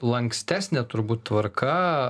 lankstesnė turbūt tvarka